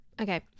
Okay